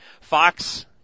Fox